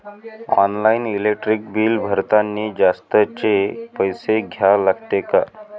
Online electric bill भरतानी जास्तचे पैसे द्या लागते का?